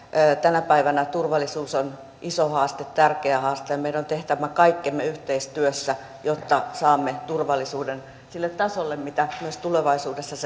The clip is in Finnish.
tänä päivänä turvallisuus on iso haaste tärkeä haaste ja meidän on tehtävä kaikkemme yhteistyössä jotta saamme turvallisuuden sille tasolle millä myös tulevaisuudessa